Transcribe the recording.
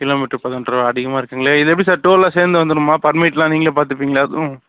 கிலோமீட்டருக்கு பதினெட்ரூவா அதிகமாக இருக்குங்களே இது எப்படி சார் டோல்லாம் சேர்ந்து வந்துவிடுமா பர்மிட்லாம் நீங்களே பார்த்துப்பீங்களாக்கும்